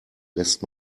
lässt